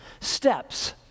steps